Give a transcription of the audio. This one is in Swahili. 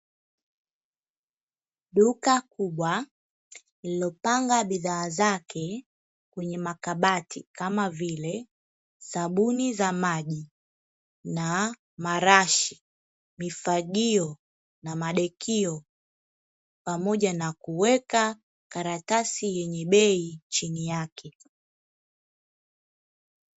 Duka kubwa lilopanga bidhaa zake kwenye makabati, kama vile: sabuni za maji na marashi, mifagio na madekio; pamoja na kuweka karatasi yenye bei chini yake.